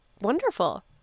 wonderful